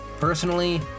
personally